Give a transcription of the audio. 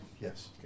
Yes